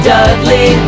Dudley